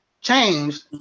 changed